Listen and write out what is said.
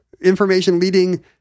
information-leading